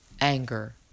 anger